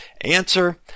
Answer